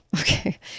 Okay